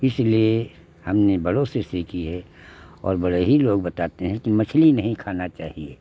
इसलिए हमने बड़ों से सीखी है और बड़े ही लोग बताते हैं कि मछली नहीं खाना चाहिए